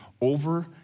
over